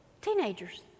Teenagers